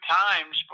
times